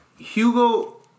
Hugo